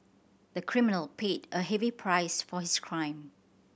the criminal paid a heavy price for his crime